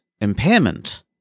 impairment